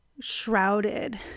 shrouded